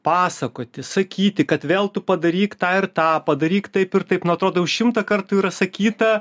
pasakoti sakyti kad vėl tu padaryk tą ir tą padaryk taip ir taip na atrodo šimtą kartų yra sakyta